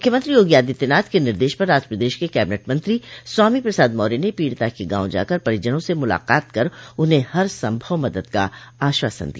मुख्यमंत्री योगी आदित्यनाथ के निर्देश पर आज प्रदश के कैबिनेट मंत्री स्वामी प्रसाद मौर्य ने पीड़िता के गांव जाकर परिजनों से मुलाकात कर उन्हें हर संभव मदद का आश्वासन दिया